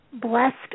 blessed